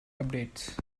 updates